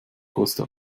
costa